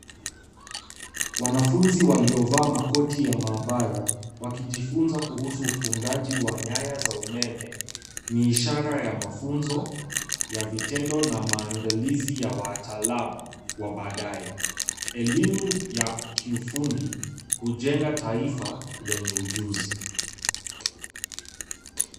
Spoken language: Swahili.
Wanafunzi waliovaa makoti ya maabara, wakijifunza kuhusu ufungaji wa nyaya za umeme, ni ishara ya mafunzo ya vitendo na maandalizi ya wataalamu wa baadaye. Elimu ya kiufundi hujenga taifa lenye ujuzi.